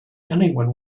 anyone